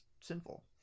sinful